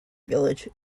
village